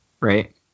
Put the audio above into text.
Right